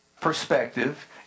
perspective